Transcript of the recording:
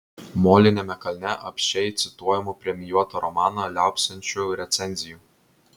moliniame kalne apsčiai cituojamų premijuotą romaną liaupsinančių recenzijų